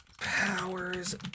powers